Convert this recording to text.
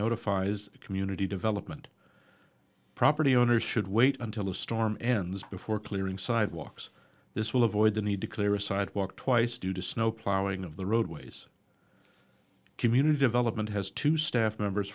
notifies a community development property owners should wait until a storm ends before clearing sidewalks this will avoid the need to clear a sidewalk twice due to snow plowing of the roadways community development has two staff members